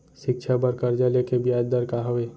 शिक्षा बर कर्जा ले के बियाज दर का हवे?